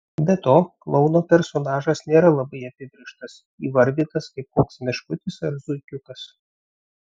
be to klouno personažas nėra labai apibrėžtas įvardytas kaip koks meškutis ar zuikiukas